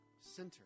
center